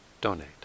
donate